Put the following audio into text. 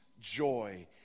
joy